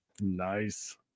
Nice